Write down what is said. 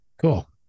cool